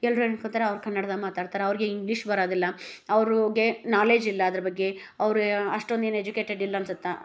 ಎಲ್ಲರು ಏನು ಅನ್ಕೊತಾರೆ ಅವ್ರು ಕನ್ನಡ್ದಾಗೆ ಮಾತಾಡ್ತಾರೆ ಅವ್ರ್ಗೆ ಇಂಗ್ಲೀಷ್ ಬರಾದಿಲ್ಲ ಅವ್ರೂಗೆ ನಾಲೆಜ್ ಇಲ್ಲ ಅದ್ರ್ ಬಗ್ಗೆ ಅವರು ಯ ಅಷ್ಟೊಂದೇನು ಎಜುಕೇಟೆಡ್ ಇಲ್ಲಿ ಅನ್ಸುತ್ತೆ